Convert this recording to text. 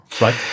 right